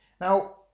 Now